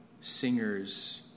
singers